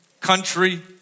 country